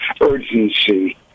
urgency